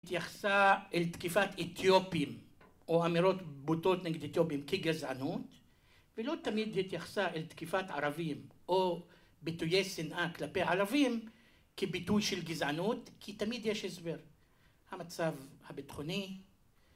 התייחסה אל תקיפת אתיופים או אמירות בוטות נגד אתיופים כגזענות ולא תמיד התייחסה אל תקיפת ערבים או ביטויי שנאה כלפי ערבים כביטוי של גזענות כי תמיד יש הסבר המצב הביטחוני